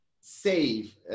save